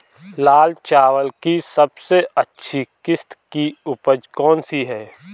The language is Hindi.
लाल चावल की सबसे अच्छी किश्त की उपज कौन सी है?